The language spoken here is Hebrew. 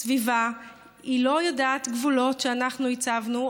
הסביבה לא יודעת גבולות שאנחנו הצבנו,